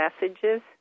messages